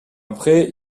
après